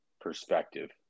perspective